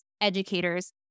educators